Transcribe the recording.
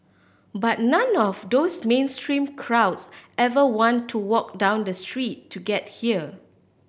but none of those mainstream crowds ever want to walk down the street to get here